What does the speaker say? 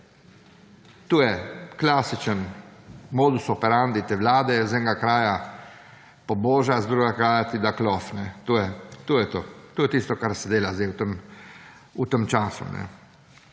To je klasičen modus operandi te vlade – iz enega konca poboža, z drugega konca ti da klof. To je to, to je tisto, kar se dela zdaj v tem času.